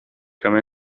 come